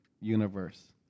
universe